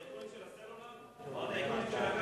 הטייקונים של הסלולר או הטייקונים של הגז?